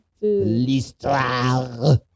L'histoire